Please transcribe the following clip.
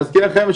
אני מזכיר לכם,